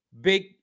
Big